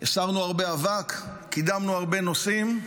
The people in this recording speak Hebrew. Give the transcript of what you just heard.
הסרנו הרבה אבק, קידמנו הרבה נושאים,